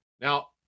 Now